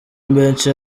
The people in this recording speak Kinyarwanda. menshi